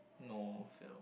no fail